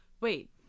wait